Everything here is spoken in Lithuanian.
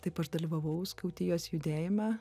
taip aš dalyvavau skautijos judėjime